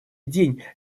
день